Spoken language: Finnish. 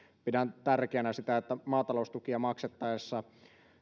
pidän tärkeänä sitä että maataloustukia maksettaessa